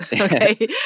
Okay